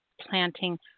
planting